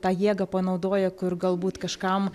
tą jėgą panaudoja kur galbūt kažkam